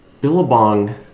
Billabong